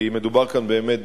כי מדובר כאן באמת